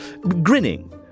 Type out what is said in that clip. grinning